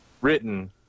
written